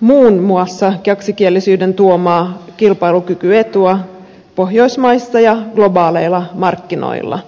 muun muassa kaksikielisyyden tuomaa kilpailukykyetua pohjoismaissa ja globaaleilla markkinoilla